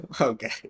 okay